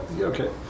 Okay